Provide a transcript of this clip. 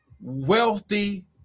Wealthy